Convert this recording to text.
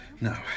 No